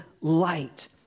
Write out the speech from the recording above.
light